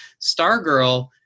Stargirl